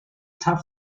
tough